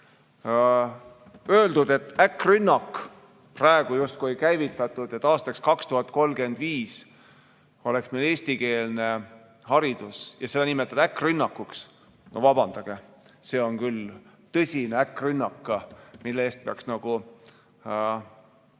öeldud, et äkkrünnak on praegu justkui käivitatud, et aastaks 2035 oleks meil eestikeelne haridus. Ja seda nimetatakse äkkrünnakuks! Vabandage, see on küll tõsine äkkrünnak, mille eest peaks nagu